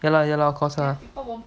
ya lah ya lah of course lah